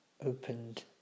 opened